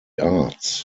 arts